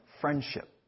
friendship